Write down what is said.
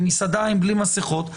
במסעדה הם בלי מסכות,